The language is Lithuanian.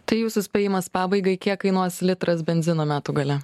tai jūsų spėjimas pabaigai kiek kainuos litras benzino metų gale